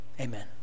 Amen